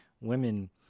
women